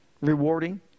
Rewarding